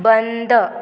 बंद